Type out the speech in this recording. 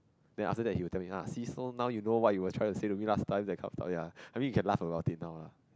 then after that he will tell me ah see so now you know what will you will try to say to me last time that kind of stuff ya I mean he can laugh about it now lah